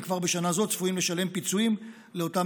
וכבר בשנה זו צפויים לשלם פיצויים לאותם